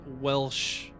Welsh